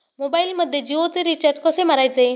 मोबाइलमध्ये जियोचे रिचार्ज कसे मारायचे?